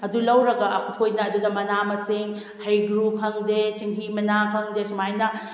ꯑꯗꯨ ꯂꯧꯔꯒ ꯑꯩꯈꯣꯏꯅ ꯑꯗꯨꯗ ꯃꯅꯥ ꯃꯁꯤꯡ ꯍꯩꯒ꯭ꯔꯨ ꯈꯪꯗꯦ ꯆꯦꯡꯍꯤ ꯃꯅꯥ ꯈꯪꯗꯦ ꯁꯨꯃꯥꯏꯅ